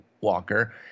Walker